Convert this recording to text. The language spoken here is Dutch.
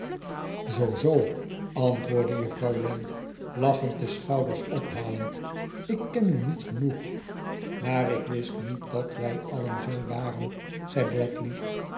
zoo zoo antwoordde juffrouw wren lachend de schouders ophalend lik ken u niet genoeg maar ik wist niet dat wij allen zoo waren zei bradley